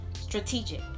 strategic